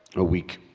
a week